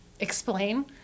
explain